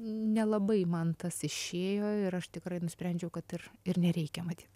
nelabai man tas išėjo ir aš tikrai nusprendžiau kad ir ir nereikia matyt